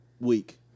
week